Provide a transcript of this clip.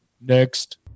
next